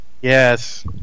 yes